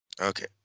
Okay